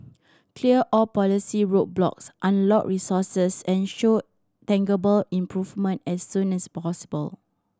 clear all policy roadblocks unlock resources and show tangible improvement as soon as possible